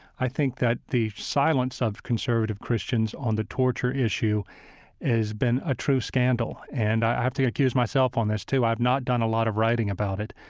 i think that the silence of conservative christians on the torture issue has been a true scandal, and i have to accuse myself on this too. i've not done a lot of writing about it.